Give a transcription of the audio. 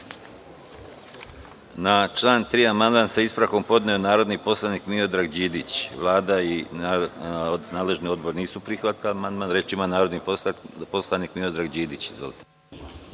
Na član 3. amandman sa ispravkom podneo je narodni poslanik Miodrag Đidić. Vlada i nadležni odbor nisu prihvatili amandman sa ispravkom. Reč ima narodni poslanik Miodrag Đidić.